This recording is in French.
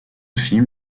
film